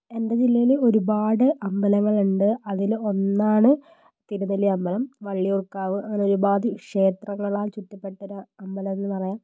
എന്റെ ജില്ലയിൽ ഒരുപാട് അമ്പലങ്ങളുണ്ട് അതിൽ ഒന്നാണ് തിരുനെല്ലി അമ്പലം വള്ളിയൂർക്കാവ് അങ്ങനെ ഒരുപാട് ക്ഷേത്രങ്ങളാൽ ചുറ്റപ്പെട്ടൊരു അമ്പലം എന്നു പറയാം